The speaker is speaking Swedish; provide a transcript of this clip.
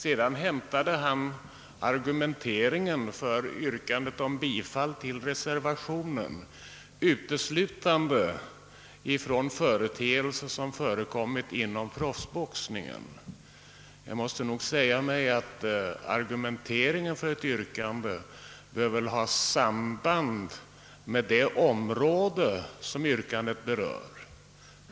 Sedan hämtade han argumenteringen för sitt yrkande om bifall till reservationen uteslutande från = företeelser inom proffsboxningen. Argumenteringen för ett yrkande bör väl ha samband med det område som yrkandet berör.